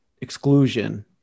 exclusion